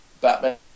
Batman